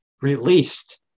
released